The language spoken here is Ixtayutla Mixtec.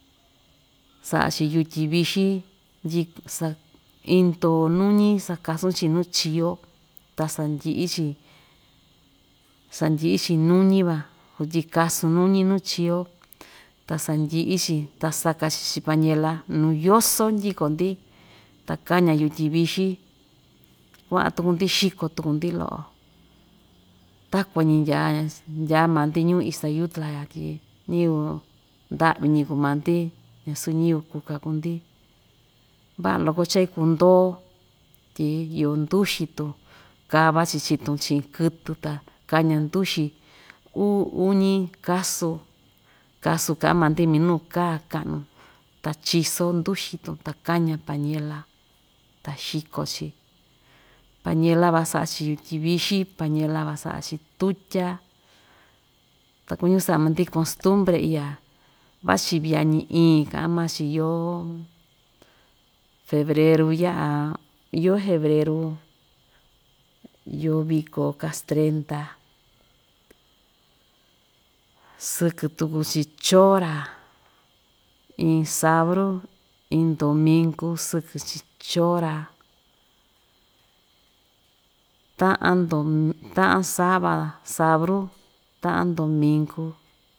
Sa'a‑chi yutyi vixí ndyik sa iin ndo nuñi sakasun‑chi nuu chi‑yo ta sandyi'i‑chi sandyi'i‑chi nuñi van sutyi kasun nuñi nuu chi‑yo ta sandyi'i‑chi ta saka‑chi chii pañela nuu yoso ndyiko‑ndi ta kaña yutyi vixi kua'an tuku‑ndi xiko tuku‑ndi lo'o takuan‑ñi ndyaa ndyaa maa‑ndi ñuu ixtayutla ya tyi ñiyɨvɨ nda'viñi kuu maa‑ndi ñasu ñɨvɨ kuka kuu‑ndi va'a loko cha ikuu ndoò tyi iyo nduxitun, kava‑chi chii‑tun chi'in kɨtɨ ta kaña nduxi uu, uni kasu kasu ka'an maa‑ndi minuu kaa ka'nu ta chiso nduxitun ta kaña pañela ta xiko‑chi, pañela van sa'a‑chi yutyi vixi, pañela van sa'a‑chi tutya ta kuñu sa'a maa‑ndi konstumbre iya vachi viañi iin ka'a maa‑chi yoo febreru iya'a yoo febreru iyo viko kastendra sɨkɨ tuku‑chi chora iin sauru, iin ndominku sɨkɨ‑chi chora, ta'an ndom ta'an sava sabru ta'an ndominku.